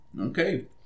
Okay